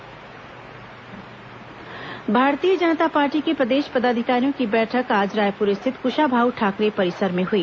भाजपा बैठक भारतीय जनता पार्टी के प्रदेश पदाधिकारियों की बैठक आज रायपुर स्थित कृशाभाऊ ठाकरे परिसर में हुई